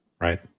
right